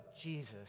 Jesus